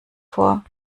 vor